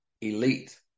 elite